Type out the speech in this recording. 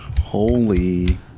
holy